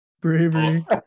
Bravery